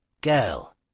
Girl